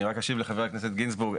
אני רק אשיב לחבר הכנסת גינזבורג.